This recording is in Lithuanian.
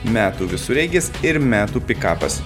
metų visureigis ir metų pikapas